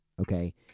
Okay